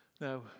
Now